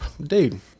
dude